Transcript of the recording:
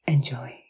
Enjoy